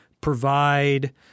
provide